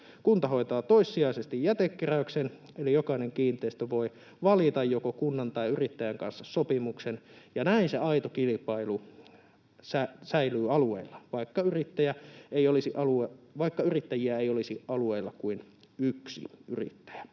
Kunta hoitaa toissijaisesti jätekeräyksen, eli jokainen kiinteistö voi valita joko kunnan tai yrittäjän kanssa sopimuksen, ja näin se aito kilpailu säilyy alueella, vaikka yrittäjiä ei olisi alueella kuin yksi yrittäjä.